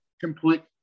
complete